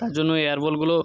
তার জন্য এয়ার বলগুলো